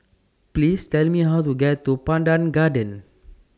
Please Tell Me How to get to Pandan Gardens